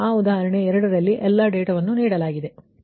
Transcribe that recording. ಆದ್ದರಿಂದ ಆ ಉದಾಹರಣೆ 2 ರಲ್ಲಿನ ಎಲ್ಲಾ ಡೇಟಾವನ್ನು ನೀಡಲಾಗಿದೆ